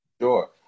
Sure